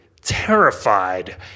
terrified